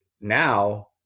now